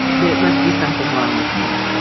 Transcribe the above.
there must be something wrong with me.